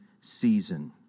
season